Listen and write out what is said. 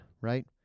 right